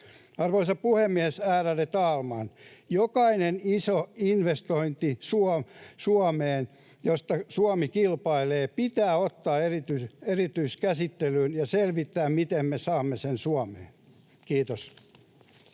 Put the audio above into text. Arvoisa puhemies, ärade talman! Jokainen iso investointi, josta Suomi kilpailee, pitää ottaa erityiskäsittelyyn ja selvittää, miten saamme sen Suomeen. — Kiitos.